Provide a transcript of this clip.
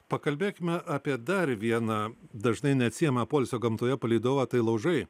pakalbėkime apie dar vieną dažnai neatsiejamą poilsio gamtoje palydovą tai laužai